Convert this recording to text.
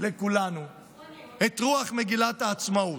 לכולנו את רוח מגילת העצמאות,